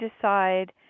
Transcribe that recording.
decide